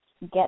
get